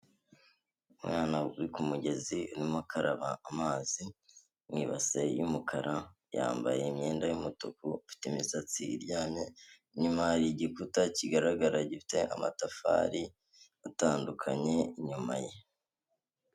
Umwana uri ku mugezi, urimo akaraba amazi mu ibase y'umukara, yambaye imyenda y'umutuku, afite imisatsi iryamye, inyuma hari igikuta kigaragara gifite amatafari atandukanye inyuma ye.